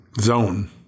zone